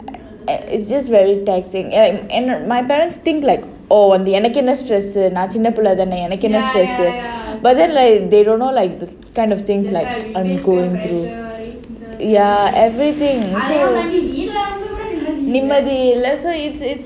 it's just very taxing and and my parents think like oh எனக்கென்ன:enakenna stress நான் சின்ன பிள்ளை தானே எனக்கென்ன:naan chinna pillai thanae enakenna stress but then like they don't know like the kind of things that I'm going through ya everything so நிம்மதி இல்ல:nimmathi illa that's why